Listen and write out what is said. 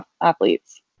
athletes